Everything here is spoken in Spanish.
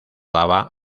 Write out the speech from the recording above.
daba